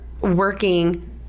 working